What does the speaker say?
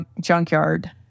Junkyard